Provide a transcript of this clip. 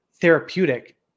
therapeutic